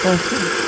my friend